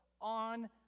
on